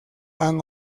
han